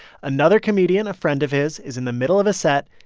another comedian a friend of his is in the middle of a set,